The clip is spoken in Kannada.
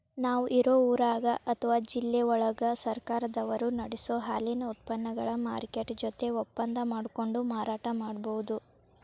ನಾವ್ ಇರೋ ಊರಾಗ ಅತ್ವಾ ಜಿಲ್ಲೆವಳಗ ಸರ್ಕಾರದವರು ನಡಸೋ ಹಾಲಿನ ಉತ್ಪನಗಳ ಮಾರ್ಕೆಟ್ ಜೊತೆ ಒಪ್ಪಂದಾ ಮಾಡ್ಕೊಂಡು ಮಾರಾಟ ಮಾಡ್ಬಹುದು